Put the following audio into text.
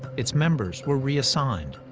its members were reassigned.